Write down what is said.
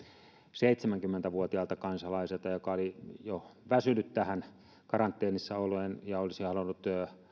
seitsemänkymmentä vuotiaalta kansalaiselta joka oli jo väsynyt tähän karanteenissa oloon ja olisi halunnut